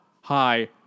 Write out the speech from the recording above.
Hi